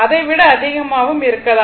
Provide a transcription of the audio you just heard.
அதை விட அதிகமாகவும் கூட இருக்கலாம்